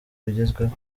bigezweho